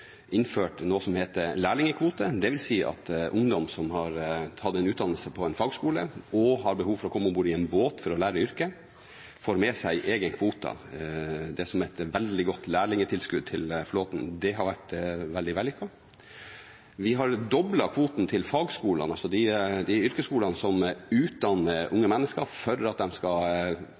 innført noe som heter lærlingkvote. Det vil si at ungdom som har tatt en utdannelse på en fagskole og har behov for å komme om bord i en båt for å lære yrket, får med seg en egen kvote. Dette er et veldig godt lærlingtilskudd til flåten, og det har vært veldig vellykket. Vi har doblet kvoten til fagskolene – de yrkesskolene som utdanner unge mennesker for at de skal